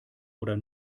oder